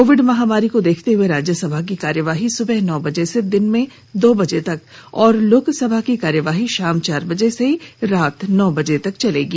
Covid महामारी को देखते हए राज्यसभा की कार्यवाही सुबह नौ बजे से दिन में दो बर्जे तक और लोकसभा की कार्यवाही शाम चार बजे से रात्रि नौ बजे तक चलेगी